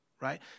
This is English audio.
right